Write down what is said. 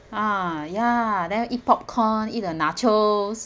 ah ya then eat popcorn eat the nachos